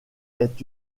est